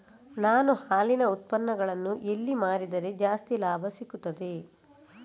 ನಾನು ಹಾಲಿನ ಉತ್ಪನ್ನಗಳನ್ನು ಎಲ್ಲಿ ಮಾರಿದರೆ ಜಾಸ್ತಿ ಲಾಭ ಸಿಗುತ್ತದೆ?